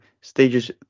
stages